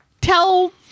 tell